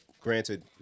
Granted